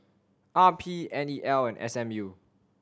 R P N E L and S M U